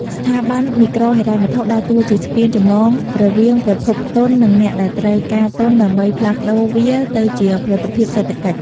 ស្ថាប័នមីក្រូហិរញ្ញវត្ថុដើរតួជាស្ពានចម្លងរវាងប្រភពទុន និងអ្នកដែលត្រូវការទុនដើម្បីផ្លាស់ប្តូរវាទៅជាផលិតភាពសេដ្ឋកិច្ច។